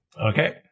Okay